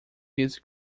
his